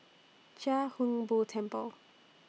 Chia Hung Boo Temple